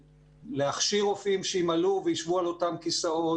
להכשיר רופאים שימלאו וישבו על אותם כיסאות.